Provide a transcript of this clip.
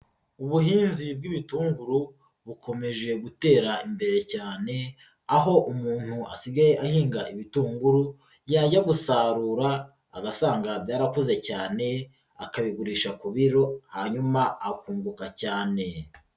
Ubuhinzi bw'ibitunguru bukomeje gutera imbere cyane, aho umuntu asigaye ahinga ibitunguru, yajya gusarura agasanga byarakuze cyane, akabigurisha ku biro hanyuma akunguka cyane.